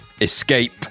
Escape